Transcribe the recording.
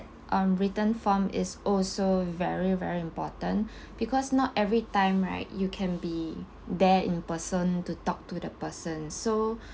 on written form is also very very important because not every time right you can be there in person to talk to the person so